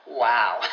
Wow